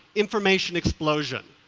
information explosion,